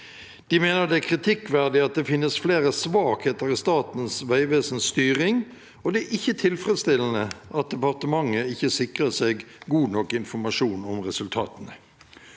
De mener det er kritikkverdig at det finnes flere svakheter i Statens vegvesens styring, og det er ikke tilfredsstillende at departementet ikke sikrer seg god nok informasjon om resultatene.